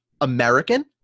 American –